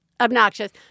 obnoxious